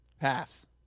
Pass